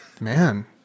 Man